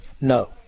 no